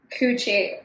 coochie